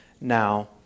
now